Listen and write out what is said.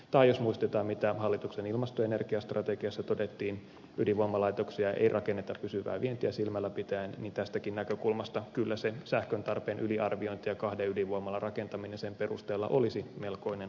tai jos muistetaan mitä hallituksen ilmasto ja energiastrategiassa todettiin ydinvoimalaitoksia ei rakenneta pysyvää vientiä silmälläpitäen niin tästäkin näkökulmasta kyllä se sähköntarpeen yliarviointi ja kahden ydinvoimalan rakentaminen sen perusteella olisi melkoinen ongelma